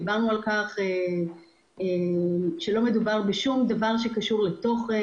דיברנו על כך שלא מדובר בשום דבר שקשור לתוכן,